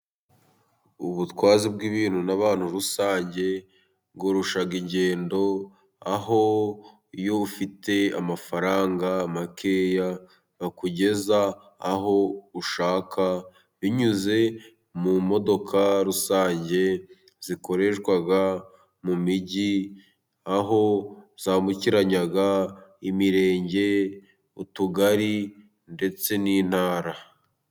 Ubutwazi bw'ibintu n'abantu rusange bworoshya ingendo, aho iyo ufite amafaranga makeya akugeza aho ushaka binyuze mu modoka rusange zikoreshwa mu mijyi, aho zambukiranya imirenge, utugari ndetse n'intara.